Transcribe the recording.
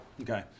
Okay